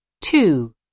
Two